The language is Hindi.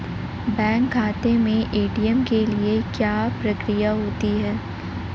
बैंक खाते में ए.टी.एम के लिए क्या प्रक्रिया होती है?